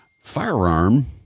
firearm